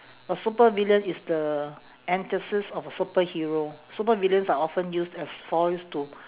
a supervillain is the antithesis of a superhero supervillains are often used as foils to